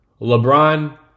LeBron